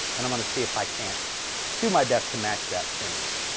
and i'm going to see if i can't do my best to match that finish.